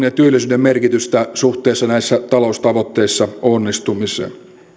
ja työllisyyden merkitystä suhteessa näissä taloustavoitteissa onnistumiseen työllisyyden